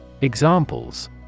Examples